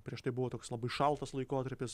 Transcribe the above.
prieš tai buvo toks labai šaltas laikotarpis